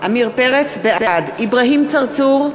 בעד אברהים צרצור,